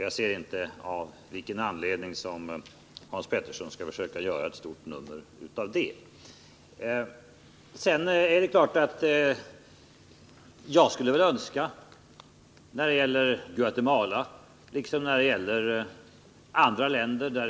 Jag förstår inte av vilken anledning Hans Petersson försöker göra ett stort nummer av det. När det gäller Guatemala och även andra länder där politiskt förtryck råder skulle jag självfallet önska att den svenska regeringen verkligen kunde åstadkomma konkreta åtgärder som gav omedelbara resultat.